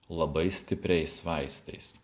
labai stipriais vaistais